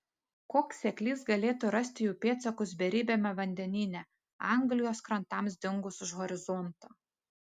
koks seklys galėtų rasti jų pėdsakus beribiame vandenyne anglijos krantams dingus už horizonto